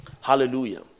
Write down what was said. Hallelujah